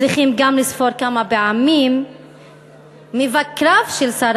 צריכים גם לספור כמה פעמים מבקריו של שר